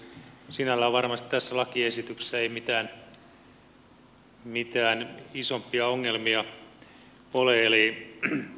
sinällään varmasti tässä lakiesityksessä ei mitään isompia ongelmia ole